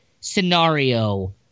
scenario